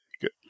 Good